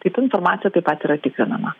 tai ta informacija taip pat yra tikrinama